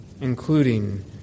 including